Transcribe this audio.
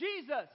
Jesus